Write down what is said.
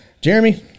Jeremy